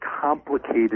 complicated